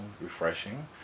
refreshing